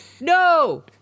No